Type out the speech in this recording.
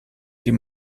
die